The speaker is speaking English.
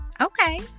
Okay